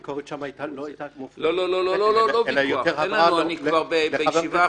הביקורת שם לא היתה מופנית אליכם אלא יותר לחבר כנסת